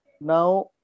Now